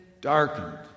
darkened